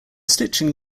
stitching